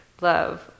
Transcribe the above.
love